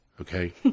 okay